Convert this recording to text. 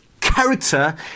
character